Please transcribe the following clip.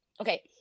Okay